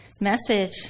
message